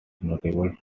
notable